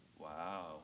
Wow